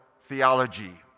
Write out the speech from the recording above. theology